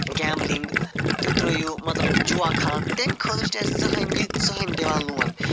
gambling تُہۍ تٔرٲوِو مطلب جُوا خان تَمہِ خٲطرٕ چھُنہٕ اَسہِ زٕہٕنٛے یہِ زٕہٕنٛے دِوان لون